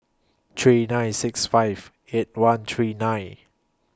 three nine six five eight one three nine